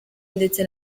ndetse